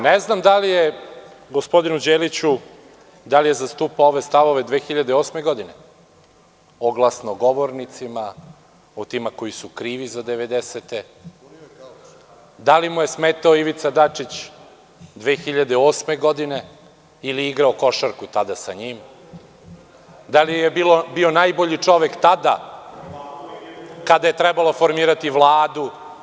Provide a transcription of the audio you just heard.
Ne znam da li je gospodin Đelić zastupao ove stavove 2008. godine, o glasnogovornicima, o tima koji su krivi za 90-te, da li mu je smetao Ivica Dačić 2008. godine ili je igrao košarku tada s njim, da li je bio najbolji čovek tada kada je trebalo formirati Vladu?